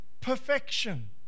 perfection